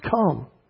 come